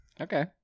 Okay